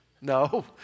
No